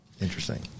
Interesting